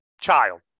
child